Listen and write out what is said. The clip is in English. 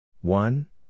one